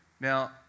Now